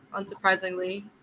unsurprisingly